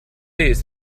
ist